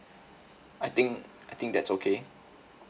I think I think that's okay